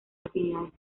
afinidades